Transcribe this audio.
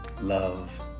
love